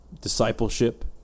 discipleship